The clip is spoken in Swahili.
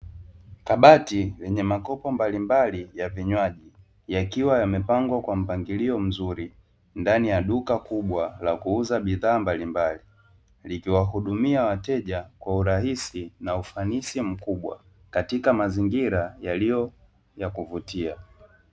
Kabati lenye makopo mbalimbali ya vinywaji yakiwa yamepangwa kwa mpangilio mzuri ndani ya duka kubwa la kuuza bidhaa mbaimbali, likiwahudumia wateja kwa urahisi na ufanisi mkubwa katika mazingira yaliyo ya kuvutia.